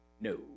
No